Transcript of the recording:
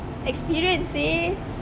experience seh